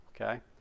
okay